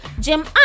Jim